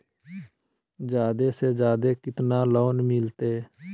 जादे से जादे कितना लोन मिलते?